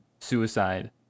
suicide